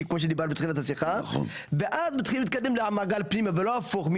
כמו שדיברנו בתחילת השיחה ואז מתחילים להתקדם למעגל פנימה ולא הפוך,